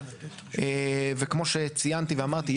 וכמו שציינתי ואמרתי,